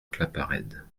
claparède